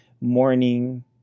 morning